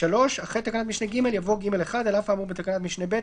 אחרי תקנת משנה (ג) יבוא: "(ג1) על אף האמור בתקנת משנה (ב),